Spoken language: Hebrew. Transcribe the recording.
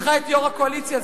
הנחה את יושב-ראש הקואליציה,